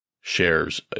shares